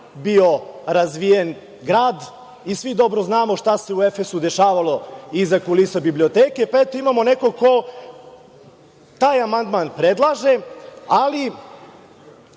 bio razvijen grad. Svi dobro znamo šta se u Efesu dešavalo iza kulisa biblioteke. Pa, eto imamo nekog ko taj amandman predlaže, ali